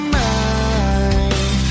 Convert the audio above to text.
mind